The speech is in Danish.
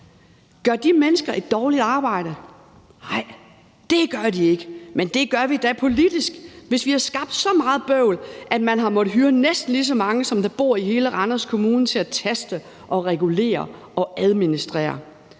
Gør de mennesker et dårligt arbejde? Nej, det gør de ikke, men det gør vi da politisk, hvis vi har skabt så meget bøvl, at man har måttet hyre næsten lige så mange, som der bor i hele Randers Kommune, til at taste og regulere og administrere.